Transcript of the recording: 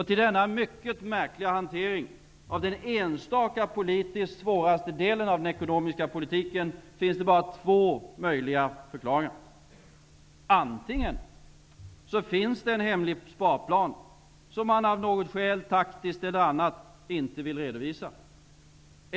Till denna mycket märkliga hantering av den enstaka politiskt svåraste delen i den ekonomiska politiken finns det bara två möjliga förklaringar: Antingen finns det en hemlig sparplan som man av något skäl -- taktiskt eller annat -- inte vill redovisa.